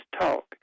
talk